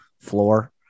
floor